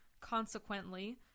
Consequently